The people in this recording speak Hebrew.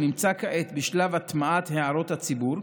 שנמצא כעת בשלב הטמעת הערות הציבור,